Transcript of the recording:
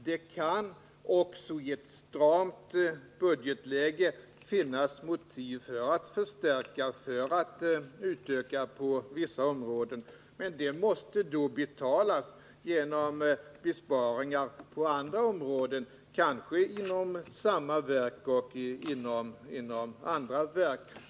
Det kan också i ett stramt budgetläge finnas motiv för att inom ett verk förstärka och utöka administrationen på vissa områden, men detta måste då betalas genom att man gör besparingar på andra områden, inom samma verk eller inom andra verk.